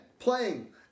Playing